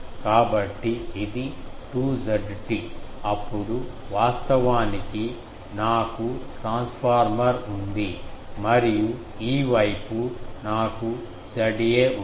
కాబట్టి ఇది 2 Zt అప్పుడు వాస్తవానికి నాకు ట్రాన్స్ఫార్మర్ ఉంది మరియు ఈ వైపు నాకు Za ఉంది